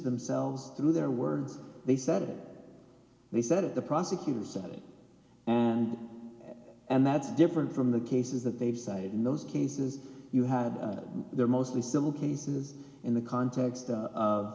themselves through their words they said it they said at the prosecutor's side and and that's different from the cases that they've cited in those cases you had they're mostly civil cases in the context of